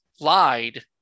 lied